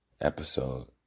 episode